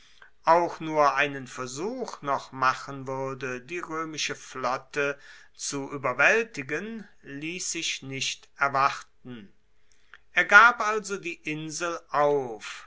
auch nur einen versuch noch machen wuerde die roemische flotte zu ueberwaeltigen liess sich nicht erwarten er gab also die insel auf